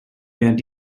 während